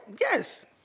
Yes